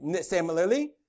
Similarly